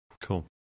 Cool